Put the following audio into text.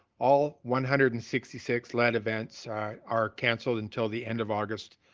all one hundred and sixty six land events are canceled until the end of august.